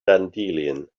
dandelion